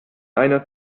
einer